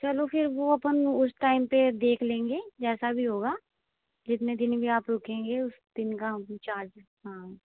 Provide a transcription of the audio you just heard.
चलो फिर वो अपन उस टाइम पर देख लेंगे जैसा भी होगा जितने दिन भी आप रूकेंगे उस दिन का हम चार्ज हाँ